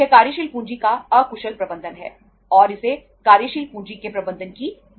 यह कार्यशील पूंजी का अकुशल प्रबंधन है और इसे कार्यशील पूंजी के प्रबंधन की कमी कहा जाता है